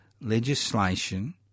legislation